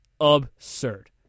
Absurd